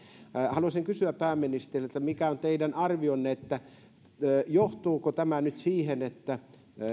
haluaisin kysyä pääministeriltä mikä on teidän arvionne johtaako tämä nyt siihen että